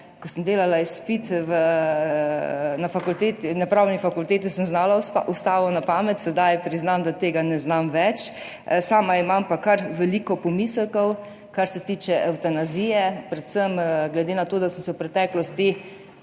Ko sem delala izpit na Pravni fakulteti, sem znala Ustavo na pamet, sedaj priznam, da tega ne znam več. Sama imam pa kar veliko pomislekov, kar se tiče evtanazije, predvsem glede na to, da sem se v preteklosti,